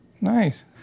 Nice